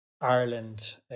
ireland